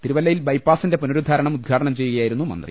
തിരുവല്ലയിൽ ബൈപ്പാസിന്റെ പുന രുദ്ധാരണം ഉദ്ഘാടനം ചെയ്യുകയായിരുന്നു മന്ത്രി